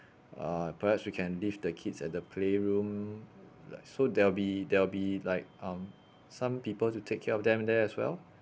uh perhaps we can leave the kids at the playroom like so there'll be there'll be like um some people to take care of them there as well